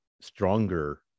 stronger